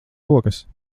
rokas